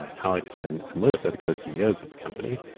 ah alex and and louis are the co-ceos of the company.